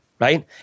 right